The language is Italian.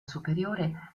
superiore